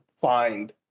find